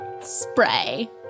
Spray